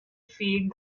feed